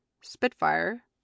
Spitfire